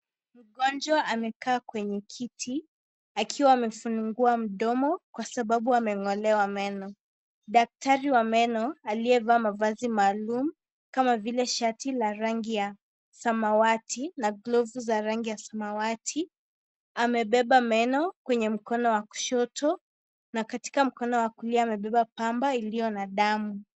Mgonjwa amekaa kwenye kiti akiwa amefungua mdomo kwa sababu amengolewa meno. Daktari wa meno aliyevaa mavazi maalum kama vile shati la rangi ya samawati na glovu za rangi ya samawati amebeba meno kwenye mkono wa kushoto na katika mkono wa kulia amebeba pamba iliyo na damu.